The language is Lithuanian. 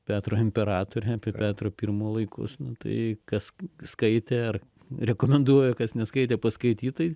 petro imperatorė apie petro pirmo laikus nu tai kas skaitė ar rekomenduoju kas neskaitė paskaityt tai